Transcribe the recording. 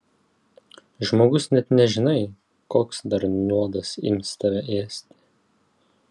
žmogus net nežinai koks dar nuodas ims tave ėsti